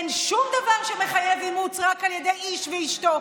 אין שום דבר שמחייב אימוץ רק על ידי איש ואשתו,